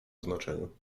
znaczeniu